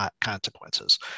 consequences